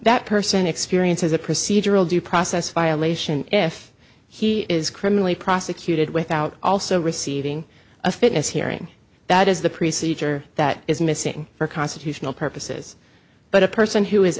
that person experiences a procedural due process violation if he is criminally prosecuted without also receiving a fitness hearing that is the preceding or that is missing for constitutional purposes but a person who is